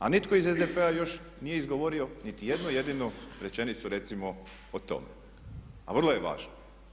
A nitko iz SDP-a još nije izgovorio niti jednu jedinu rečenicu recimo o tome a vrlo je važno.